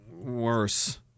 worse